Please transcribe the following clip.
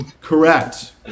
Correct